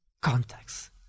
contacts